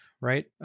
right